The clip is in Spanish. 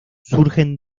surgen